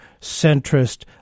centrist